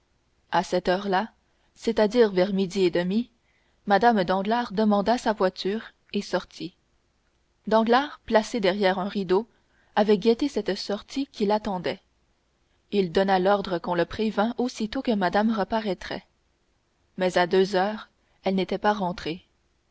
à cette heure-là c'est-à-dire vers midi et demi mme danglars demanda sa voiture et sortit danglars placé derrière un rideau avait guetté cette sortie qu'il attendait il donna l'ordre qu'on le prévînt aussitôt que madame reparaîtrait mais à deux heures elle n'était pas rentrée